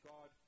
God